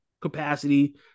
capacity